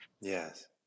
Yes